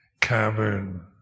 cavern